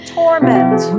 torment